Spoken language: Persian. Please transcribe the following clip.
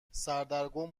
سردرگم